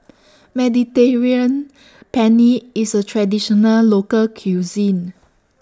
Mediterranean Penne IS A Traditional Local Cuisine